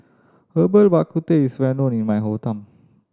Herbal Bak Ku Teh is well known in my hometown